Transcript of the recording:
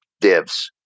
divs